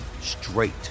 straight